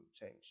change